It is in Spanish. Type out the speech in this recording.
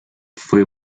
fue